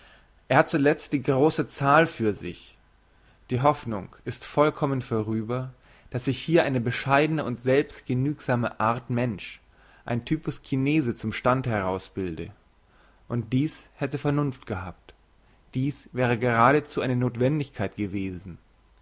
er hat zuletzt die grosse zahl für sich die hoffnung ist vollkommen vorüber dass hier sich eine bescheidene und selbstgenügsame art mensch ein typus chinese zum stande herausbilde und dies hätte vernunft gehabt dies wäre geradezu eine nothwendigkeit gewesen